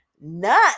nuts